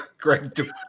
Greg